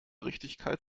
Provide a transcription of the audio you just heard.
richtigkeit